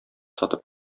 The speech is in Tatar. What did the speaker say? сатып